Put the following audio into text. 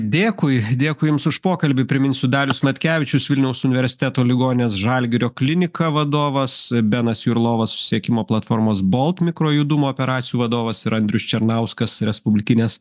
dėkui dėkui jums už pokalbį priminsiu darius natkevičius vilniaus universiteto ligoninės žalgirio klinika vadovas benas jurlovas susisiekimo platformos bolt mikrojudumo operacijų vadovas ir andrius černauskas respublikinės